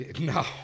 No